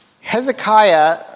Hezekiah